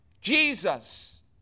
Jesus